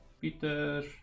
Peter